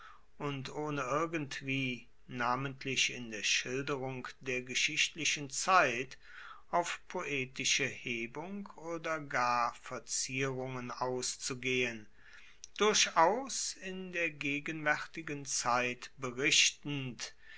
und ohne irgendwie namentlich in der schilderung der geschichtlichen zeit auf poetische hebung oder gar verzierungen auszugehen durchaus in der gegenwaertigen zeit berichtend